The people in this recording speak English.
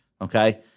okay